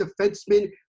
defenseman